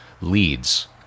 Leads